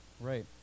Right